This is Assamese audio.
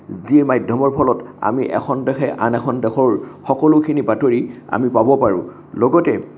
যি মাধ্যমৰ ফলত আমি এখন দেশে আন এখন দেশৰ সকলোখিনি বাতৰি আমি পাব পাৰোঁ লগতে